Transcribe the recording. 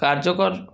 কার্যকর